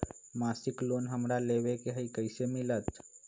मासिक लोन हमरा लेवे के हई कैसे मिलत?